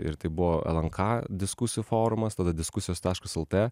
ir tai buvo lnk diskusijų forumas tada diskusijos taškas lt